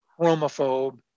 chromophobe